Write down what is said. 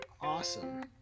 awesome